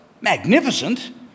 magnificent